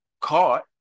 caught